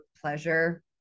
pleasure